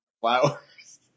flowers